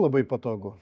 labai patogu